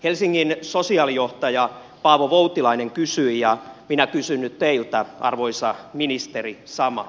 helsingin sosiaalijohtaja paavo voutilainen kysyi ja minä kysyn nyt teiltä arvoisa ministeri samaa